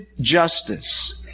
justice